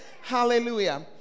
Hallelujah